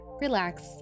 relax